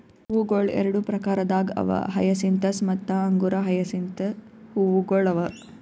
ಹೂವುಗೊಳ್ ಎರಡು ಪ್ರಕಾರದಾಗ್ ಅವಾ ಹಯಸಿಂತಸ್ ಮತ್ತ ಅಂಗುರ ಹಯಸಿಂತ್ ಹೂವುಗೊಳ್ ಅವಾ